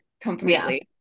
completely